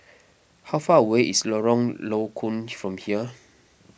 how far away is Lorong Low Koon from here